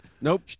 Nope